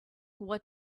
what